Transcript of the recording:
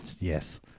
yes